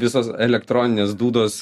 visos elektroninės dūdos